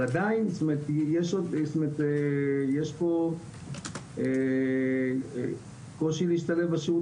אבל עדיין יש פה קושי להשתלב בשירות